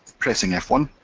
pressing f one,